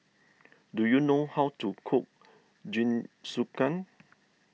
do you know how to cook Jingisukan